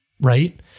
Right